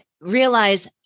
realize